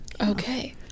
okay